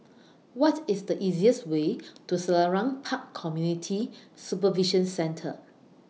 What IS The easiest Way to Selarang Park Community Supervision Centre